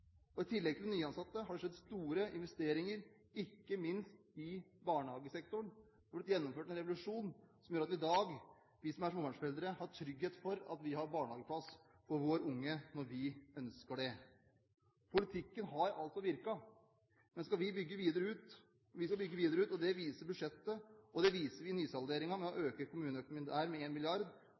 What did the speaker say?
I tillegg til nyansettelser har det skjedd store investeringer, ikke minst i barnehagesektoren, hvor det har blitt gjennomført en revolusjon som gjør at vi i dag – vi som er småbarnsforeldre – har trygghet for at vi har barnehageplass for våre barn når vi ønsker det. Politikken har altså virket. Men vi skal bygge videre ut, og det viser budsjettet, og det viser vi i nysalderingen med å øke kommuneøkonomien der med